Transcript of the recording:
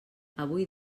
avui